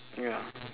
ya